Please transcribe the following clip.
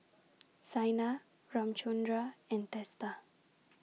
Saina Ramchundra and Teesta